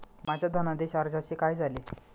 माझ्या धनादेश अर्जाचे काय झाले?